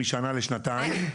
משנה לשנתיים.